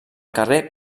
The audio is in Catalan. carrer